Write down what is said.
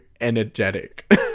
energetic